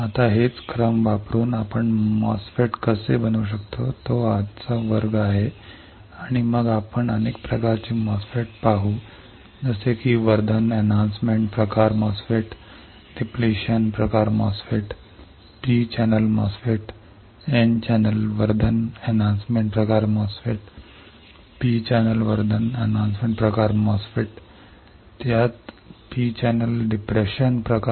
आता या पायऱ्या वापरून आपण MOSFET कसे बनवू शकतो तो आजचा वर्ग आहे आणि मग आपण अनेक प्रकारचे MOSFETs पाहू जसे की वर्धन प्रकार MOSFET डिप्लेशन प्रकार MOSFET P channel MOSFET N channel वर्धन प्रकार MOSFET P चॅनेल वर्धन प्रकार MOSFET समान P चॅनेल उदासीनता प्रकार